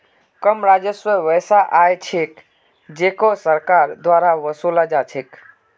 कर राजस्व वैसा आय छिके जेको सरकारेर द्वारा वसूला जा छेक